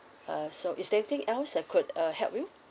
uh so is there anything else I could uh help you